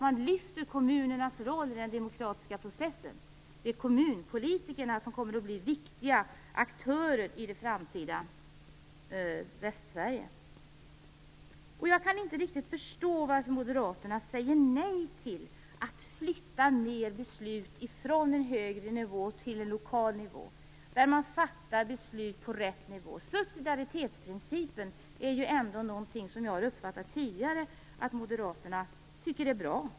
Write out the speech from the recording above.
Man lyfter kommunernas roll i den demokratiska processen. Det är kommunpolitikerna som blir viktiga aktörer i det framtida Västsverige. Jag kan inte riktigt förstå varför Moderaterna säger nej till att flytta fler beslut från en högre nivå till en lokal nivå. Subsidiaritetsprincipen är ändå någonting som Moderaterna tycker är bra, enligt vad jag tidigare har uppfattat.